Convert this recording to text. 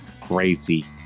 Crazy